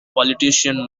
politician